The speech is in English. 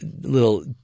little